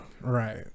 Right